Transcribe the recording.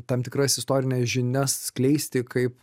tam tikras istorines žinias skleisti kaip